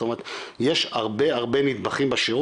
זאת אומרת יש הרבה הרבה נתדבכים בשירות